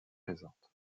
présente